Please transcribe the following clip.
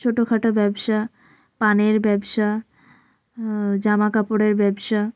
ছোটোখাটো ব্যবসা পানের ব্যবসা জামা কাপড়ের ব্যবসা